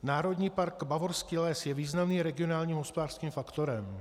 Národní park Bavorský les je významným regionálním hospodářským faktorem.